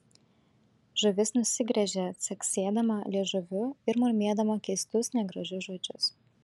žuvis nusigręžė caksėdama liežuviu ir murmėdama keistus negražius žodžius